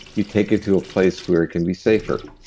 you take it to a place where it can be safer.